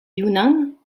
yunnan